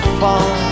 fall